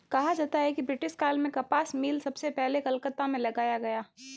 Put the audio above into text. कहा जाता है कि ब्रिटिश काल में कपास मिल सबसे पहले कलकत्ता में लगाया गया